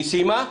היא סיימה?